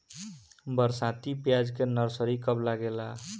बरसाती प्याज के नर्सरी कब लागेला?